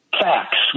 facts